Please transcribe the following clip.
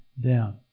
down